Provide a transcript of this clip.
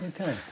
Okay